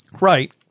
Right